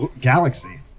galaxy